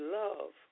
love